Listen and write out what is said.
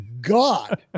god